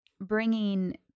bringing